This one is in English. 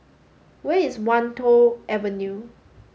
where is Wan Tho Avenue